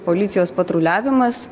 policijos patruliavimas